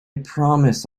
promise